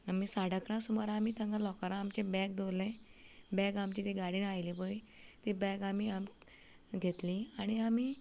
आनी साडे इकरा सुमार आमी तांच्या लॉकरांत आमचें बॅग दवरलें बॅग आमचें ती आसली पळय ती बॅग आमी घेतलीं आनी आमी